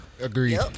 Agreed